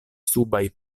subaj